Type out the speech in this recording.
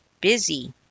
busy